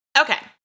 Okay